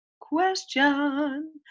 question